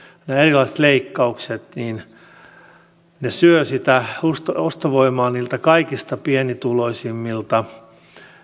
nämä erilaiset leikkaukset syövät sitä ostovoimaa niiltä kaikista pienituloisimmilta